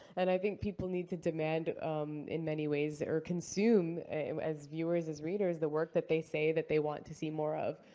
and i think people need to demand um in many ways, or consume as viewers, as readers, the work that they say that they want to see more of.